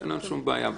אין לנו שום בעיה בנושא.